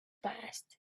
passed